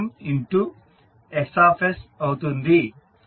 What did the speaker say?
అందువలన YsKMX అవుతుంది